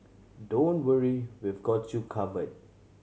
don't worry we've got you covered